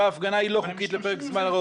וההפגנה היא לא חוקית לפרק זמן ארוך,